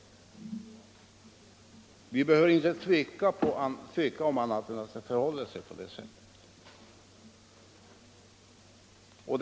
Vi behöver inte tveka om att det förhåller sig på det sättet.